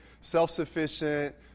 self-sufficient